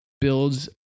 builds